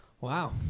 Wow